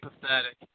pathetic